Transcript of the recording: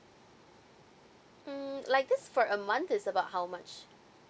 mm like this for a month is about how much